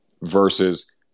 versus